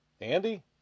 Andy